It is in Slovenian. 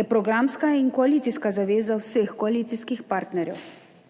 je programska in koalicijska zaveza vseh koalicijskih partnerjev.